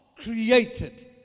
created